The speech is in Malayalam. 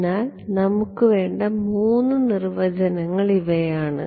അതിനാൽ നമുക്ക് വേണ്ട 3 നിർവചനങ്ങൾ ഇവയാണ്